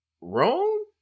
wrong